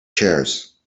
chairs